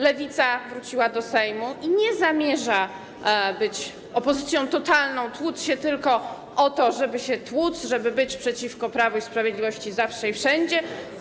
Lewica wróciła do Sejmu i nie zamierza być opozycją totalną, tłuc się tylko po to, żeby się tłuc, żeby być przeciwko Prawu i Sprawiedliwości zawsze i wszędzie.